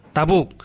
Tabuk